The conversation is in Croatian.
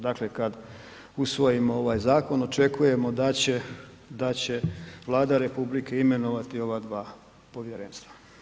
Dakle, kad usvojimo ovaj zakon očekujemo da će Vlada RH imenovati ova dva povjerenstva.